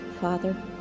Father